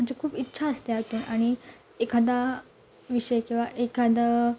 म्हणजे खूप इच्छा असते आतून आणि एखादा विषय किंवा एखादं